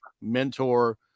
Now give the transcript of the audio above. mentor